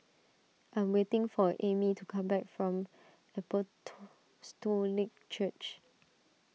I am waiting for Ammie to come back from Church